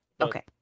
Okay